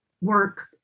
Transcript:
work